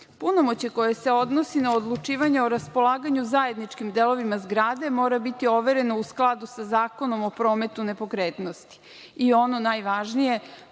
Punomoćje koje se odnosi na odlučivanje o raspolaganju zajedničkim delovima zgrade mora biti overeno u skladu sa Zakonom o prometu nepokretnosti“.I ono najvažnije: